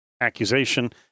accusation